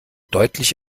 deutlich